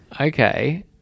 okay